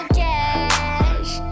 cash